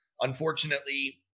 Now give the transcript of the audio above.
unfortunately